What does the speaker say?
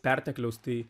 pertekliaus tai